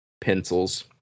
pencils